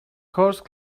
horse